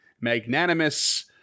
magnanimous